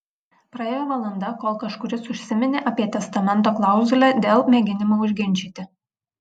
praėjo valanda kol kažkuris užsiminė apie testamento klauzulę dėl mėginimo užginčyti